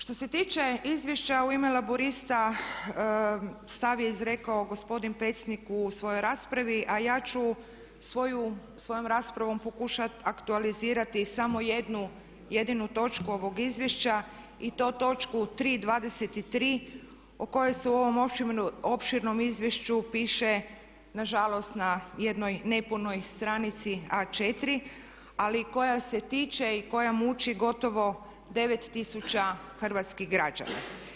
Što se tiče izvješća u ime Laburista stav je izrekao gospodin Pecnik u svojoj raspravi, a ja ću svojom raspravom pokušati aktualizirati samo jednu jedinu točku ovog izvješća i to točku 3 23 o kojoj se u ovom opširnom izvješću piše na žalost na jednoj nepunoj stranici A4, ali koja se tiče i koja mučiti gotovo 9000 hrvatskih građana.